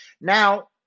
Now